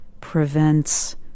prevents